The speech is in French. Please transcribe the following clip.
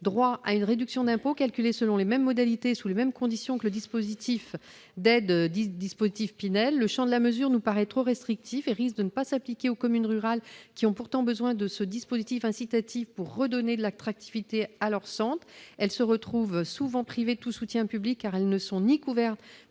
droit à une réduction d'impôt, calculée selon les mêmes modalités et sous les mêmes conditions que le dispositif Pinel d'aide à l'investissement locatif. Le champ de la mesure nous paraît trop restrictif. Celle-ci risque de ne pas s'appliquer aux communes rurales, qui ont pourtant besoin de dispositifs incitatifs pour redonner de l'attractivité à leur centre. Elles se retrouvent souvent privées de tout soutien public car elles ne sont couvertes